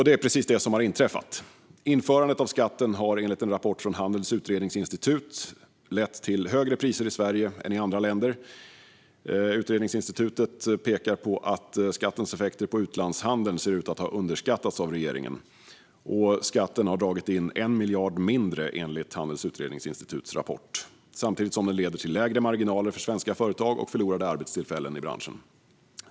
Det är precis det som har inträffat. Införandet av skatten har enligt en rapport från Handelns Utredningsinstitut lett till högre priser i Sverige än i andra länder. Utredningsinstitutet pekar på att skattens effekter på utlandshandeln ser ut att ha underskattats av regeringen. Skatten har dragit in 1 miljard mindre, enligt Handelns Utredningsinstituts rapport, samtidigt som den leder till lägre marginaler för svenska företag och förlorade arbetstillfällen i branschen.